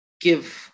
give